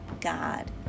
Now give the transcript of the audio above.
God